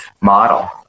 model